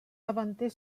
davanter